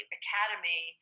academy